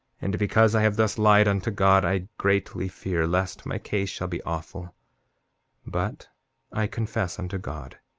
and because i have thus lied unto god i greatly fear lest my case shall be awful but i confess unto god.